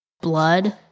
blood